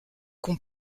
qu’on